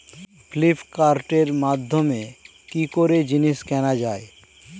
ফ্লিপকার্টের মাধ্যমে কি করে জিনিস কেনা যায়?